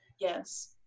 yes